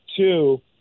Two